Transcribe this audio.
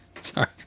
Sorry